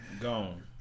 gone